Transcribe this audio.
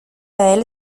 elle